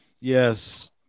Yes